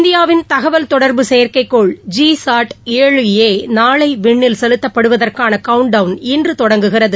இந்தியாவின் தகவல் தொடர்பு செயற்கைக்கோள் ஜி சாட் ஏழு ஏ நாளை விண்ணில் செலுத்தப்படுவதற்கான கவுண்ட் டவுண் இன்று தொடங்குகிறது